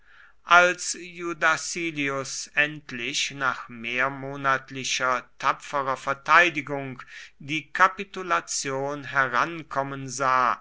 als iudacilius endlich nach mehrmonatlicher tapferer verteidigung die kapitulation herankommen sah